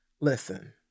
Listen